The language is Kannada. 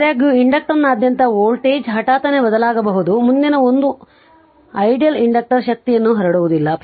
ಆದಾಗ್ಯೂ ಇಂಡಕ್ಟರ್ನಾದ್ಯಂತ ವೋಲ್ಟೇಜ್ ಹಠಾತ್ತನೆ ಬದಲಾಗಬಹುದು ಮುಂದಿನ 1 ಆದರ್ಶ ಪ್ರಚೋದಕವು ಶಕ್ತಿಯನ್ನು ಹರಡುವುದಿಲ್ಲ